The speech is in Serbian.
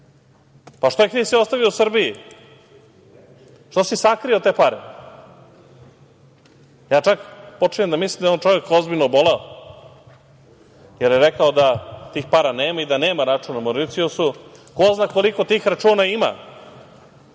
Što ih nisi ostavio Srbiji? Što si sakrio te pare? Ja čak počinjem da mislim da je on čovek ozbiljno oboleo, jer je rekao da tih para nema i da nema račun na Mauricijusu. Ko zna koliko tih računa ima.